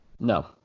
No